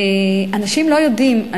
אנשים לא יודעים.